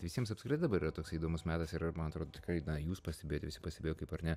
visiems apskritai dabar yra toksai įdomus metas ir man atrodo tikrai jūs pastebėjot visi pastebėjo kaip ar ne